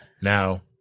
Now